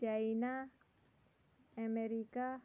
China America